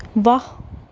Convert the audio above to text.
واہ